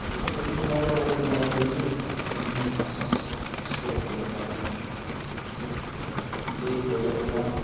اِتھے پٲٹھۍ چھِ واریاہ واریاہ جایہِ بیٚیہِ یِم اَسہِ ایٚکسپلور پَزَن کَرنہِ بیٚیہِ چھِ یِمے لیک وغیرہ یِوان